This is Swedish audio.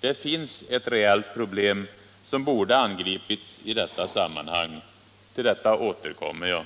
Där finns ett reellt problem, som borde angripits i detta sammanhang. Till detta återkommer jag.